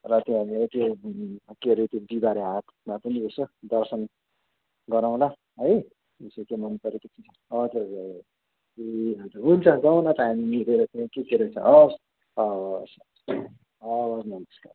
र त्यहाँनिर के के हरे त्यो बिहिबारे हाटमा पनि यसो दर्शन गरौँला है यसो के मनपऱ्यो के के हजुर ए ए हजुर हुन्छ जाऊँ न त हामी मिलेर त्यहाँ के के रहेछ हवस् हवस् हवस् नमस्कार